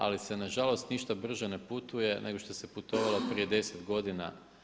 Ali se nažalost ništa brže ne putuje nego što se putovalo prije 10 godina.